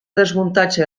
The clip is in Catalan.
desmuntatge